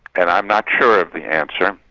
and i'm not sure of the answer.